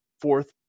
fourth